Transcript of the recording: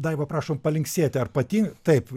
daiva prašom palinksėti ar patin taip